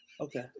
Okay